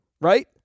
right